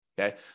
okay